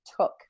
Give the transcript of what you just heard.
took